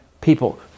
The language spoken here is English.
people